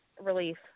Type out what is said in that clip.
relief